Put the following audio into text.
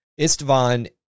Istvan